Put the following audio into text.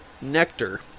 nectar